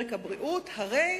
הרי